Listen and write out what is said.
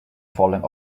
falling